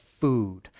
food